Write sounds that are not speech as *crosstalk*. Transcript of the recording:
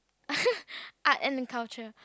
*laughs* art and culture